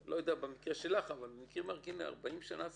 לא יודע אם במקרה שלך אבל מקרים שמגיעים ל-40 שנה,